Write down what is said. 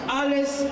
alles